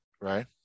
Right